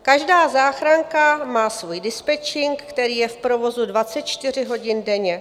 Každá záchranka má svůj dispečink, který je v provozu 24 hodin denně.